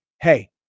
hey